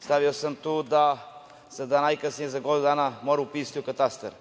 stavio sam tu da se za najkasnije godinu dana mora upisati u katastar.